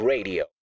Radio